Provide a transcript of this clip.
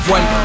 One